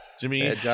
Jimmy